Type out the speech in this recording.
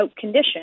condition